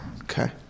okay